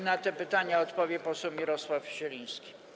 Na te pytania odpowie poseł Mirosław Zieliński.